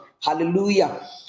Hallelujah